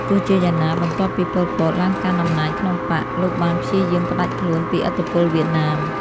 ទោះជាយ៉ាងណា បន្ទាប់ពី ប៉ុល ពត ឡើងកាន់អំណាចក្នុងបក្ស លោកបានព្យាយាមផ្ដាច់ខ្លួនពីឥទ្ធិពលវៀតណាម។